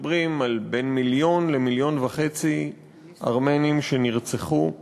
מדברים על בין מיליון למיליון וחצי ארמנים שנרצחו.